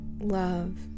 love